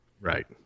Right